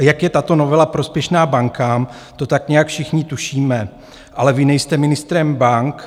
Jak je tato novela prospěšná bankám, to tak nějak všichni tušíme, ale vy nejste ministrem bank.